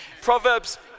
Proverbs